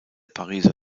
pariser